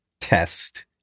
test